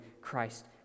Christ